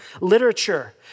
literature